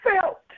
felt